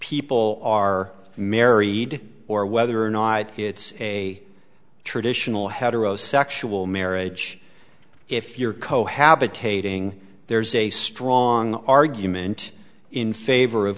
people are married or whether or not it's a traditional heterosexual marriage if you're cohabitate ing there's a strong argument in favor of